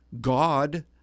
God